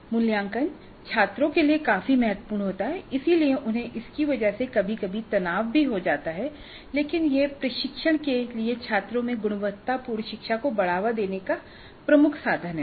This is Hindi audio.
मूल्यांकन छात्रों के लिए काफी महत्वपूर्ण होता है इसलिए उन्हें इसकी वजह से कभी कभी तनाव भी हो जाता है लेकिन यह प्रशिक्षण के लिए छात्रों में गुणवत्तापूर्ण शिक्षा को बढ़ावा देने का प्रमुख साधन है